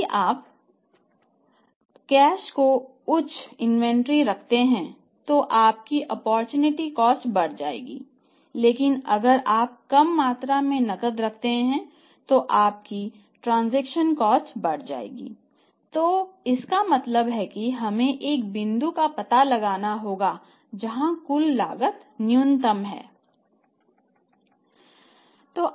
यदि आप कैश की उच्च इन्वेंटरी रखते हैं तो आपकी ओप्पोरचुनिटी कॉस्टबढ़ जाएगी तो इसका मतलब है कि हमें एक बिंदु का पता लगाना होगा जहां कुल लागत न्यूनतम है